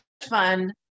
fun